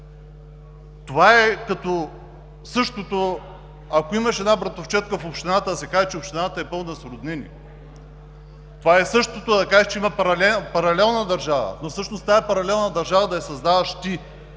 Това е същото: ако имаш една братовчедка в общината, да се каже, че общината е пълна с роднини. Това е същото: да кажеш, че има паралелна държава, но всъщност тази паралелна държава да я създаваш ти